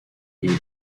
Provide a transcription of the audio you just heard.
tea